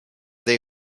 they